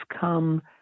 come